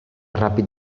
ràpid